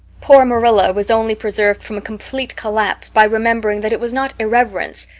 poor marilla was only preserved from complete collapse by remembering that it was not irreverence,